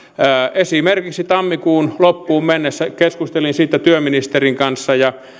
esimerkiksi tammikuun loppuun mennessä keskustelin siitä työministerin kanssa ja